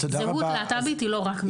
זהות להט"בית היא לא רק מינית.